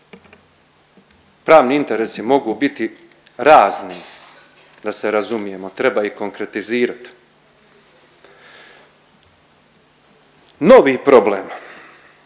Pravni interesi mogu biti razni da se razumijemo treba ih konkretizirati. Novi problem,